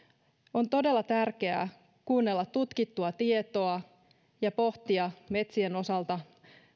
on todella tärkeää kuunnella tutkittua tietoa ja pohtia metsien osalta